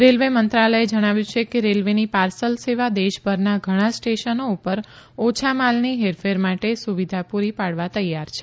railway મંત્રાલયે જણાવ્યું છે કે રેલ્વેની પાર્સલ સેવા દેશભરના ઘણાં સ્ટેશનો પર ઓછા માલની હેરફેર માટે સુવિધા પૂરી પાડવા તૈયાર છે